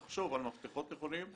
לחשוב על מפתחות נכונים,